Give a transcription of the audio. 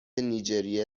نیجریه